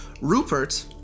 Rupert